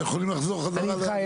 ויכולים לחזור חזרה --- אני איתך.